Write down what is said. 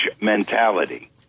mentality